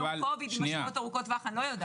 עם LONG COVID ועם משמעויות ארוכות טווח - אני לא יודעת.